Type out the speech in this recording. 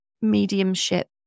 mediumship